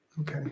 Okay